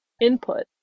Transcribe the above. input